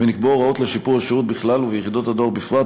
ונקבעו הוראות לשיפור השירות בכלל וביחידות הדואר בפרט,